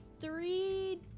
three